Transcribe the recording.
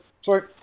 Sorry